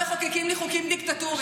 הם מחוקקים לי חוקים דיקטטוריים.